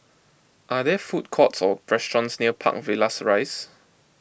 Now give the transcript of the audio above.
are there food courts or restaurants near Park Villas Rise